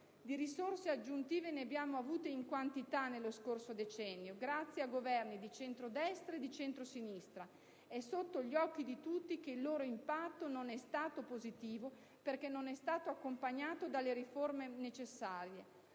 Di risorse aggiuntive ne abbiamo avute in quantità nello scorso decennio, grazie a Governi di centrodestra e di centrosinistra: è sotto gli occhi di tutti che il loro impatto non è stato positivo perché non è stato accompagnato dalle riforme necessarie.